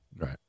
Right